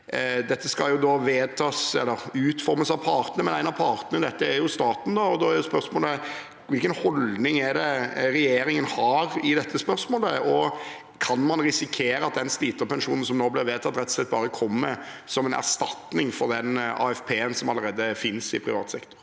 Dette skal da utformes av partene, men en av partene i dette er jo staten. Da er mitt spørsmål rett og slett: Hvilken holdning har regjeringen i dette spørsmålet, og kan man risikere at den sliterpensjonen som nå blir vedtatt, rett og slett bare kommer som en erstatning for den AFP-en som allerede finnes i privat sektor?